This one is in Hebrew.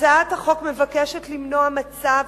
הצעת החוק מבקשת למנוע מצב